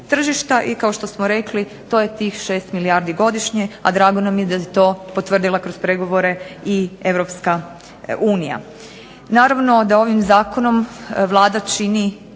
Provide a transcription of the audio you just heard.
tržišta. I kao što smo rekli to je tih 6 milijardi godišnje, a drago nam je da je to potvrdila kroz pregovore i Europska unija. Naravno da je ovim zakonom Vlada čini